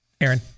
Aaron